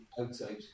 outside